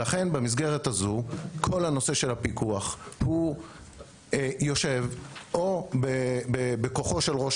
אז כל נושא פיקוח יושב או בכוחו של ראש